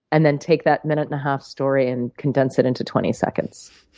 and then take that minute and a half story and condense it into twenty seconds?